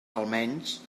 almenys